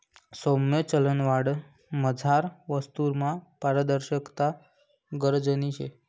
सौम्य चलनवाढमझार वस्तूसमा पारदर्शकता गरजनी शे